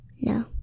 No